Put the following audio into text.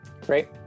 Great